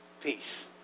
peace